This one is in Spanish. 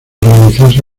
realizarse